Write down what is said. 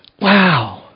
Wow